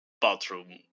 bathroom